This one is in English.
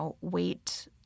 wait